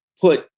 put